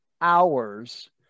hours